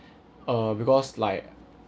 uh because like